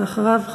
ואחריו,